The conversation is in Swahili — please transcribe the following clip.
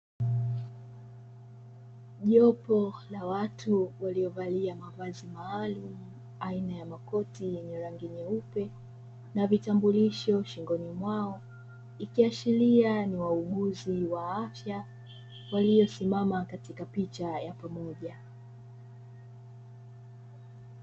Jopo la watu waliovalia mavazi maalumu aina ya makoti yenye rangi nyeupe na vitambulisho shingoni mwao, ikiashiria ni wauguzi wa afya waliosimama katika picha ya pamoja.